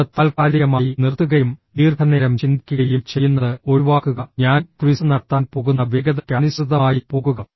അത് താൽക്കാലികമായി നിർത്തുകയും ദീർഘനേരം ചിന്തിക്കുകയും ചെയ്യുന്നത് ഒഴിവാക്കുക ഞാൻ ക്വിസ് നടത്താൻ പോകുന്ന വേഗതയ്ക്ക് അനുസൃതമായി പോകുക